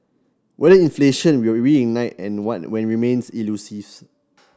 whether inflation will reignite and when remains elusive